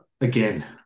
again